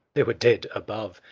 there were dead above,